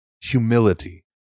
Humility